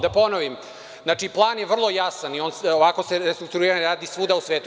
Da ponovim, znači, plan je vrlo jasan i ovako se restrukturiranje radi svuda u svetu.